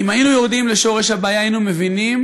אם היינו יורדים לשורש הבעיה היינו מבינים